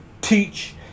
teach